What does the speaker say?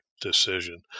decision